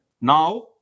Now